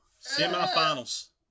semi-finals